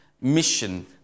mission